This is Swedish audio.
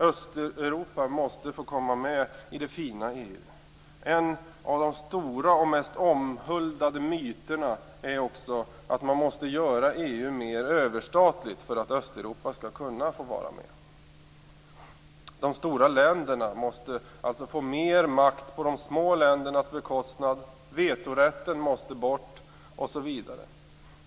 Östeuropa måste få komma med i det fina EU. En av de stora och mest omhuldade myterna är också att man måste göra EU mer överstatligt för att Östeuropa skall kunna få vara med. De stora länderna måste alltså få mer makt på de små ländernas bekostnad. Vetorätten måste bort osv.